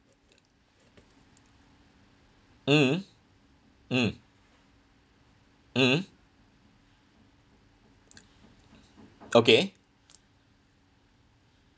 mm mm mm okay